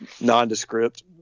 nondescript